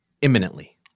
imminently